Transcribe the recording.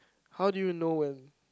how do you know when